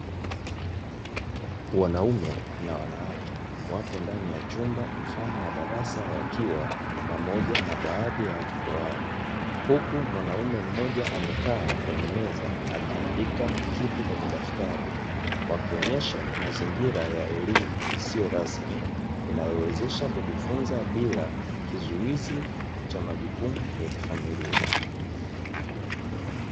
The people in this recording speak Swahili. Wanaume na wanawake wapo ndani ya chumba mfano wa darasa wakiwa pamoja na baadhi ya watoto wao, huku mwanaume mmoja amekaa kwenye meza akiandika kitu kwenye daftari wakionyesha mazingira ya ellimu isio rasmi inayowezesha kujifunza bila kizuizi cha majukumu ya kifamilia.